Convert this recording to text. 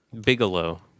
Bigelow